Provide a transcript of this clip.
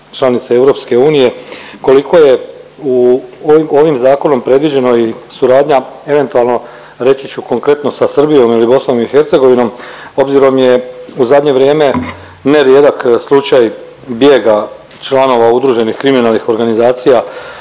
članice EU, koliko je u ovim zakonom predviđeno i suradnja eventualno reći ću konkretno sa Srbijom ili BIH obzirom je u zadnje vrijeme nerijedak slučaj bijega članova udruženih kriminalnih organizacija